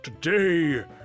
today